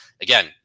again